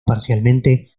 parcialmente